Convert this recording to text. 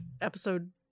episode